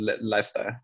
lifestyle